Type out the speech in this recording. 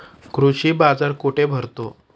कृषी बाजार कुठे भरतो?